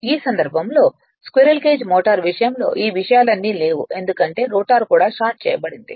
ఈ సందర్భంలో squirrel cage motor విషయంలో ఈ విషయాలన్నీ లేవు ఎందుకంటే రోటర్ కూడా షార్ట్ చేయబడినది